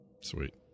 Sweet